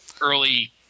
early